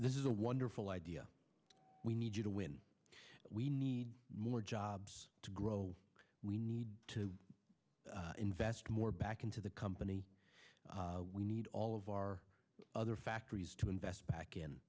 this is a wonderful idea we need you to win we need more jobs to grow we need to invest more back into the company we need all of our other factories to invest back in